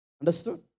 Understood